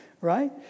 right